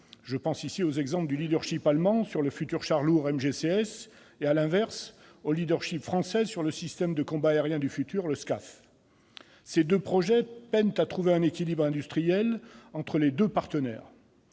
Je pense ici aux exemples du leadership allemand sur le futur char lourd MGCS et, à l'inverse, au leadership français sur le SCAF. Ces deux projets peinent à trouver un équilibre industriel entre les deux partenaires.